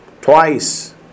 Twice